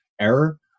error